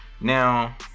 Now